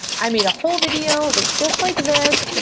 i made a whole video. it looks just like this,